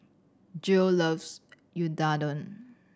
Jill loves Unadon